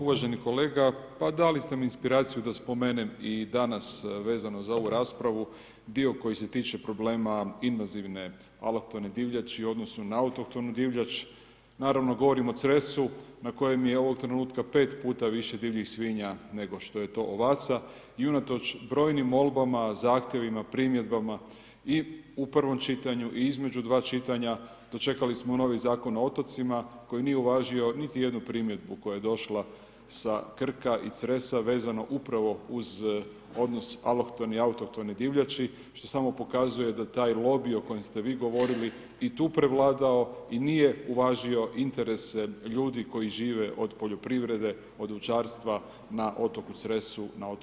Uvaženi kolega, pa dali ste mi inspiraciju da spomenem i danas vezano za ovu raspravu dio koji se tiče problema invazivne alohtone divljači u odnosu na autohtonu divljač, naravno govorim o Cresu na kojem je ovog trenutka 5 više divljih svinja nego je to ovaca i unatoč brojnim molbama, zahtjevima primjedbama i u prvom čitanju i između dva čitanja, dočekali smo novi Zakon o otocima koji nije uvažio niti jednu primjedbu koja je došla sa Krka i Cresa vezano upravo uz odnosno alohtone i autohtone divljači što samo pokazuje da taj lobij o kojem ste vi govorili i tu prevladao i nije uvažio interese ljudi koji žive od poljoprivrede, od ovčarstva na otoku Cresu, na otoku Krku, na Lošinju.